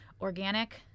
organic